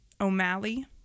O'Malley